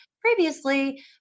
previously